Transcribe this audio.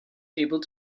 able